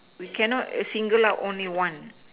we cannot single out only one